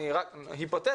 היפותטית,